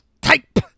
type